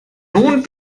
nun